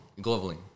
Globally